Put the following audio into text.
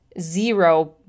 zero